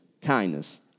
kindness